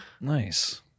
Nice